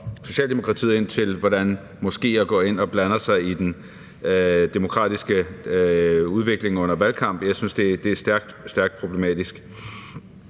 Socialdemokratiet om, altså om, hvordan moskéer går ind og blander sig i den demokratiske udvikling under valgkampe. Jeg synes, det er stærkt, stærkt problematisk.